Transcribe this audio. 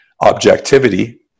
objectivity